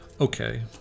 okay